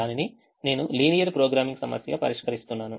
దానిని నేను linear programming సమస్యగా పరిష్కరిస్తున్నాను